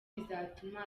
bizatuma